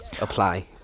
apply